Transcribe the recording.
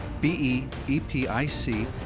B-E-E-P-I-C